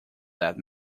that